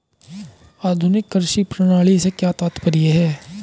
आधुनिक कृषि प्रणाली से क्या तात्पर्य है?